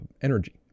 energy